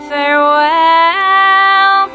Farewell